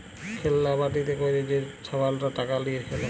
খেল্লা বাটিতে ক্যইরে যে ছাবালরা টাকা লিঁয়ে খেলে